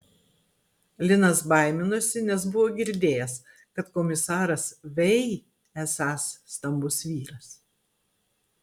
linas baiminosi nes buvo girdėjęs kad komisaras vei esąs stambus vyras